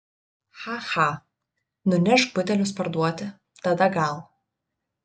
cha cha nunešk butelius parduoti tada gal